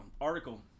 article